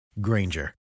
Granger